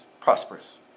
prosperous